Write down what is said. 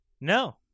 No